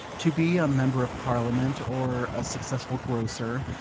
to be a member of parliament, or a successful grocer,